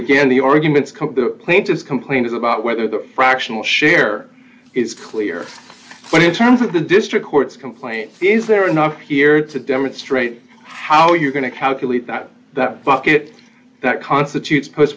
again the arguments come the plaintiffs complaint is about whether the fractional share is clear but in terms of the district court's complaint is there enough here to demonstrate how you're going to calculate that that bucket that constitutes post